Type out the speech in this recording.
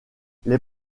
les